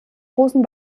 großen